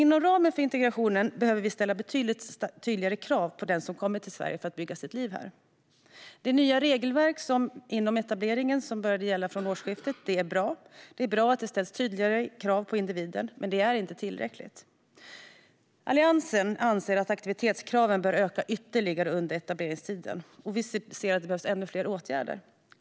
Inom ramen för integrationen behöver vi ställa betydligt tydligare krav på den som kommer till Sverige för att bygga sig ett liv här. Det nya regelverket inom etableringen som började gälla vid årsskiftet är bra. Det är bra att det ställs tydligare krav på individen, men det är inte tillräckligt. Alliansen anser att aktivitetskraven bör öka ytterligare under etableringstiden, och vi ser att det behövs ännu fler åtgärder.